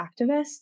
activists